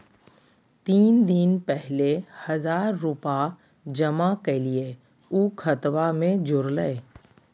तीन दिन पहले हजार रूपा जमा कैलिये, ऊ खतबा में जुरले?